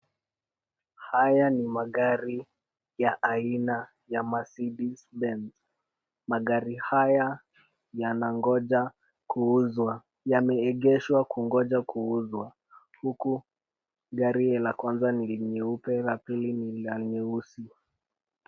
Haya ni magari ya aina ya Mercedes benz. Magari haya yanangoja kuuzwa. Yameegeshwa kungoja kuuzwa huku gari la kwanza ni nyeupe, la pili ni la nyeusi.